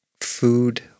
food